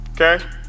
okay